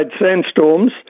sandstorms